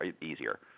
easier